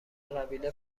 قبیله